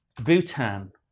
Bhutan